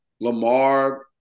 Lamar